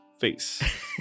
face